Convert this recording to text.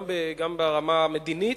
גם ברמה המדינית,